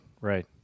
right